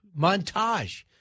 montage